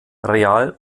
real